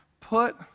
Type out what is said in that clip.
Put